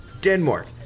Denmark